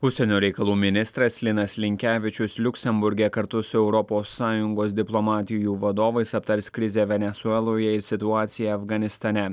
užsienio reikalų ministras linas linkevičius liuksemburge kartu su europos sąjungos diplomatijų vadovais aptars krizę venesueloje ir situaciją afganistane